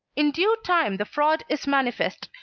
in due time, the fraud is manifest,